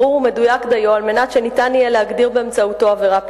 ברור ומדויק דיו על מנת שניתן יהיה להגדיר באמצעותו עבירה פלילית.